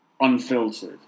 unfiltered